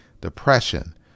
depression